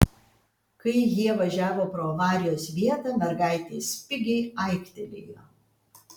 kai jie važiavo pro avarijos vietą mergaitė spigiai aiktelėjo